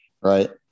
right